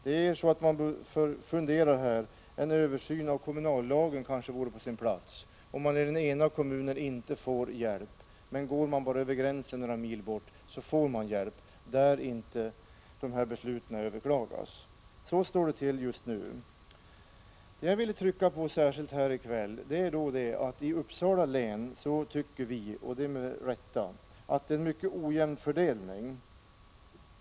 Man börjar fundera om inte en översyn av kommunallagen vore på sin plats, när man i den ena kommunen inte får hjälp medan man, om man går över kommungränsen några mil bort, kan få det, dvs. där besluten inte överklagas. Så står det till just nu. Det jag särskilt ville trycka på i kväll är att vi i Uppsala län tycker — och det med rätta — att det är en mycket ojämn fördelning av arbetstillfällen och service.